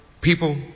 people